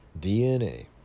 DNA